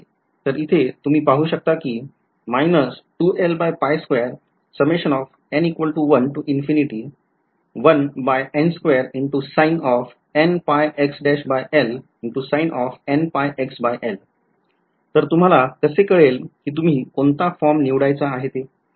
तर इथे तुम्ही पाहू शकता कि तर तुम्हाला कसे कळेल के तुम्ही कोणता फॉर्म निवडायचा आहे ते